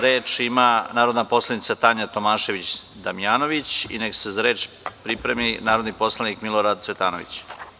Reč ima narodni poslanik Tanja Tomašević Damnjanović i neka se za reč pripremi narodni poslanik Milorad Cvetanović.